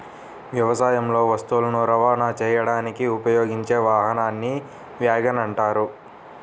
వ్యవసాయంలో వస్తువులను రవాణా చేయడానికి ఉపయోగించే వాహనాన్ని వ్యాగన్ అంటారు